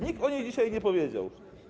Nikt o niej dzisiaj nie powiedział.